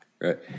Right